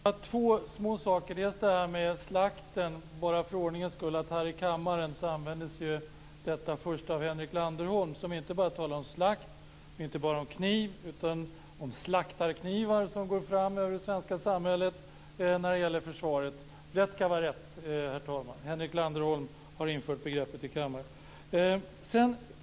Herr talman! Det är egentligen bara två små saker jag vill kommentera. Bara för ordningens skull vill jag säga att här i kammaren användes ordet slakt först av Henrik Landerholm, som inte bara talade om slakt, inte bara om kniv, utan om slaktarknivar som går fram över det svenska samhället när det gäller försvaret. Rätt ska vara rätt, herr talman. Henrik Landerholm har infört begreppet i kammaren.